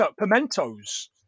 pimentos